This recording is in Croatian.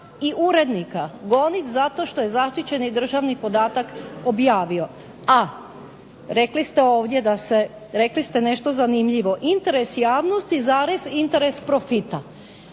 i urednika goniti zato što je zaštićeni državni podatak objavio, a rekli ste ovdje da se, rekli ste nešto zanimljivo, interes javnosti, interes profita.